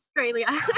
Australia